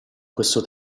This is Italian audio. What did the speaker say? questo